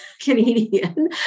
Canadian